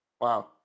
Wow